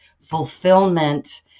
fulfillment